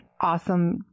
awesome